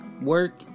work